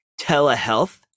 telehealth